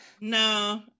No